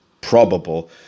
probable